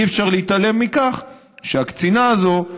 אי-אפשר להתעלם מכך שהקצינה הזאת,